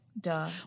duh